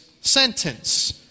sentence